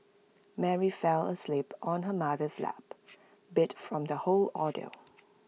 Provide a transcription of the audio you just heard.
Mary fell asleep on her mother's lap beat from the whole ordeal